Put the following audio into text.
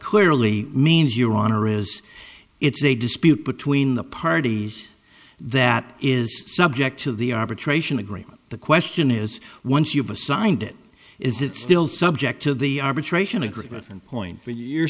clearly means your honor is it's a dispute between the parties that is subject to the arbitration agreement the question is once you've assigned it is it still subject to the arbitration agreement and point